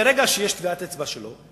ברגע שיש טביעת אצבע שלו,